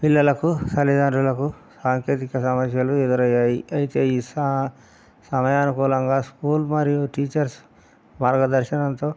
పిల్లలకు తల్లి దండ్రులకు సాంకేతిక సమస్యలు ఎదురయ్యాయి అయితే ఈ సా సమయానుకూలంగా స్కూల్ మరియు టీచర్స్ మార్గదర్శనంతో